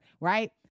right